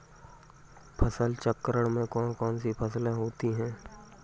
फसल चक्रण में कौन कौन सी फसलें होती हैं?